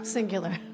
Singular